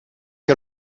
que